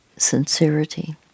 sincerity